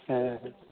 ᱦᱮᱸ ᱦᱮᱸ